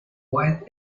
white